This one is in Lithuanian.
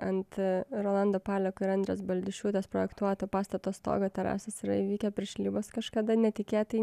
ant rolando paleko ir andrės baldišiūtės projektuoto pastato stogo terasos yra įvykę piršlybos kažkada netikėtai